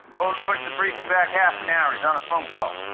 boden pushed the briefing back half an hour. he's on a phone call.